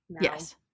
yes